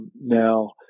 Now